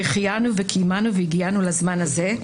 שהחיינו וקיימנו והגיענו לזמן הזה.